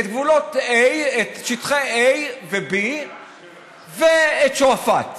את שטחי A ו-B ואת שועפאט,